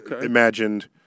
imagined